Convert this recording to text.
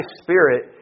spirit